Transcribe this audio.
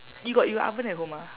you got you got oven at home ah